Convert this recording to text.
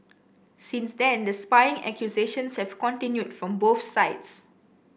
since then the spying accusations have continued from both sides